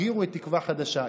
תרגיעו את תקווה חדשה.